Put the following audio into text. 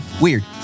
Weird